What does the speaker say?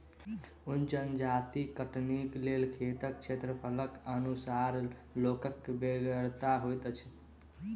अन्न जजाति कटनीक लेल खेतक क्षेत्रफलक अनुसार लोकक बेगरता होइत छै